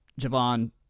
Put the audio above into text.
Javon